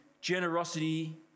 generosity